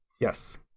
Yes